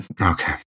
Okay